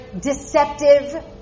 deceptive